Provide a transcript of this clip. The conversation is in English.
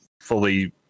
fully